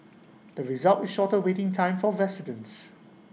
the result with shorter waiting time for residents